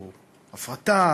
או הפרטה,